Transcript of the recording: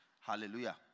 Hallelujah